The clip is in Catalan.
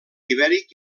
ibèric